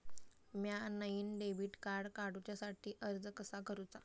म्या नईन debit card काडुच्या साठी अर्ज कसा करूचा?